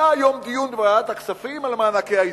היה היום דיון בוועדת הכספים על מענקי האיזון.